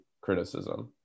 criticism